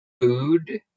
food